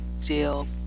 deal